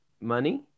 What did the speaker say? Money